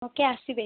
okay ଆସିବେ